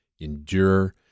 endure